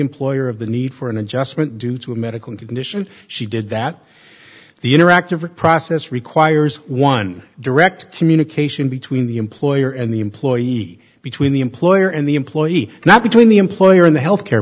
employer of the need for an adjustment due to a medical condition she did that the interactive process requires one direct communication between the employer and the employee between the employer and the employee now between the employer and the health care